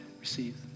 Receive